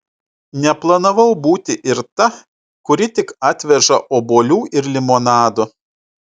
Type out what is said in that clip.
neplanavau būti ir ta kuri tik atveža obuolių ir limonado